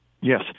yes